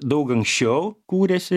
daug anksčiau kūrėsi